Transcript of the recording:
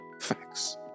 facts